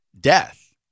death